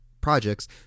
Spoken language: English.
projects